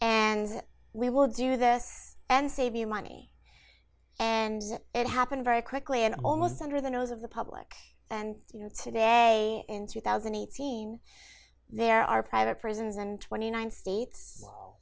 and we will do this and save you money and it happened very quickly and almost under the nose of the public and you know today in two thousand and eighteen there are private prisons and twenty nine state